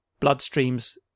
bloodstreams